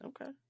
Okay